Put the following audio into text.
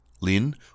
Lin